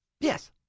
Yes